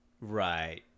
Right